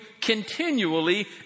continually